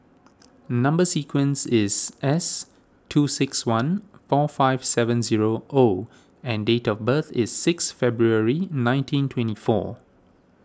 Number Sequence is S two six one four five seven zero O and date of birth is six February nineteen twenty four